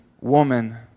woman